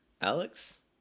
Alex